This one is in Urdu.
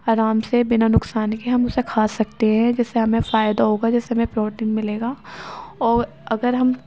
آرام سے بنا نقصان کے ہم اسے کھا سکتے ہیں جس سے ہمیں فائدہ ہوگا جس سے ہمیں پروٹین ملے گا اور اگر ہم